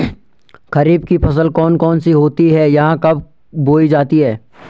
खरीफ की फसल कौन कौन सी होती हैं यह कब बोई जाती हैं?